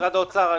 משרד האוצר,